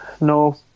No